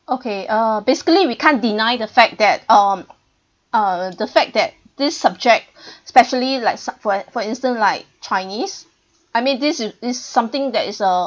okay uh basically we can't deny the fact that um uh the fact that this subject specially like su~ for for instance like chinese I mean this is is something that is uh